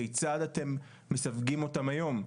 כיצד אתם מסווגים אותם היום,